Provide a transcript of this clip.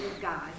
God